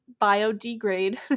biodegrade